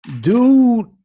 dude